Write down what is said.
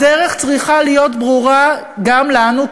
הדרך צריכה להיות ברורה גם לנו,